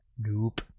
Nope